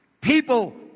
people